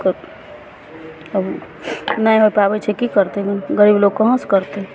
कत अब नहि होइ पाबै छै की करतै गरीब लोक कहाँसॅं करतै